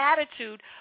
attitude